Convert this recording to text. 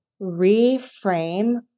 reframe